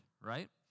right